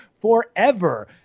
forever